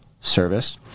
service